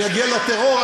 אני אגיע לטרור,